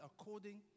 according